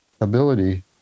ability